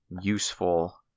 useful